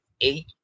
eight